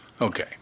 Okay